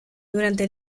durante